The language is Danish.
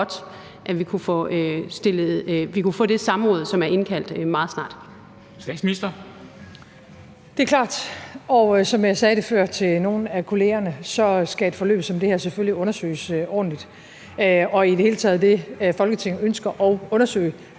Kl. 14:06 Statsministeren (Mette Frederiksen): Det er klart, og som jeg sagde før til nogle af kollegerne, skal et forløb som det her selvfølgelig undersøges ordentligt, og i det hele taget skal det, som Folketinget ønsker at undersøge,